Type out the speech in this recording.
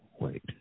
Wait